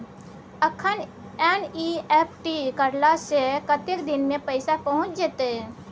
अखन एन.ई.एफ.टी करला से कतेक दिन में पैसा पहुँच जेतै?